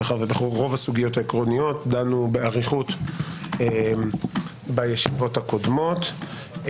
ברוב הסוגיות העקרוניות דנו באריכות בישיבות הקודמות.